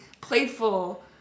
playful